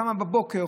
קמה בבוקר,